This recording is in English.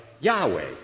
Yahweh